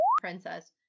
princess